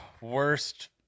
worst